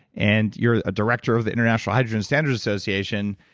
and you're a director of the international hydrogen standards association,